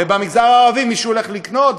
ובמגזר הערבי מישהו הולך לקנות?